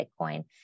Bitcoin